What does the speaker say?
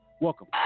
Welcome